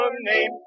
name